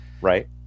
Right